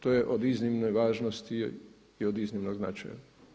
To je od iznimne važnosti i od iznimnog značaja.